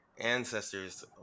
ancestors